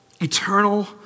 Eternal